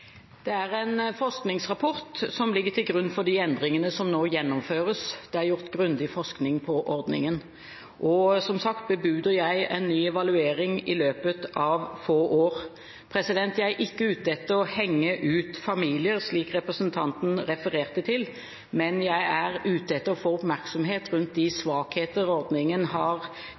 Det er en forskningsrapport som ligger til grunn for de endringene som nå gjennomføres. Det er gjort grundig forskning på ordningen. Som sagt bebuder jeg en ny evaluering i løpet av få år. Jeg er ikke ute etter å henge ut familier, slik representanten refererte til, men jeg er ute etter å få oppmerksomhet om de svakheter ved ordningen som rapporten har